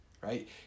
right